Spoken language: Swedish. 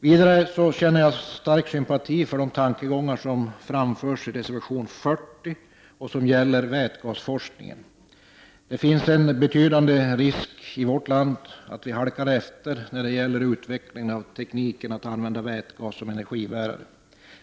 Vidare känner jag stark sympati för de tankegångar som framförs i reservation 40 och som gäller vätgasforskningen. Det finns en betydande risk för att vi i vårt land halkar efter när det gäller utvecklingen av tekniken att an vända vätgas som energibärare.